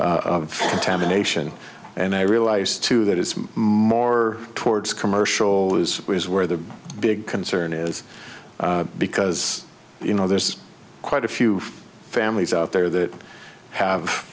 tabulation and i realize too that it's more towards commercial is is where the big concern is because you know there's quite a few families out there that have